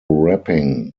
rapping